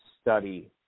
study